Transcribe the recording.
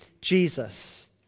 Jesus